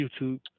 YouTube